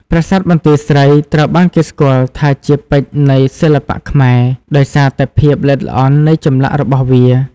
ប្រាសាទបន្ទាយស្រី ត្រូវបានគេស្គាល់ថាជា ពេជ្រនៃសិល្បៈខ្មែរ ដោយសារតែភាពល្អិតល្អន់នៃចម្លាក់របស់វា។